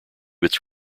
its